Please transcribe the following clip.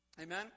Amen